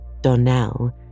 Donnell